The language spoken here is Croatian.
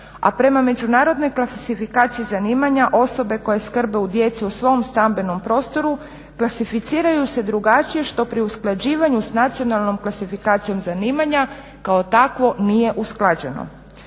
a prema međunarodnoj klasifikaciji zanimanja osobe koje skrbi o djeci u svom stambenom prostoru klasificiraju se drugačije što pri usklađivanju s nacionalnom klasifikacijom zanimanja kao takvo nije usklađeno.